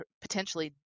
potentially